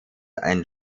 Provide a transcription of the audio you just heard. ein